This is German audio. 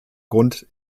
grund